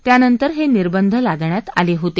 त्यानंतर हे निर्बंध लादण्यात आले होते